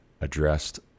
addressed